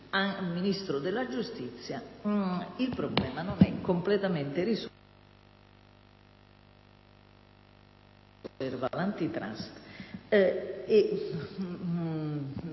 al Ministro della giustizia, il problema non è completamente risolto,